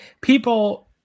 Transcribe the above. people